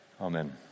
Amen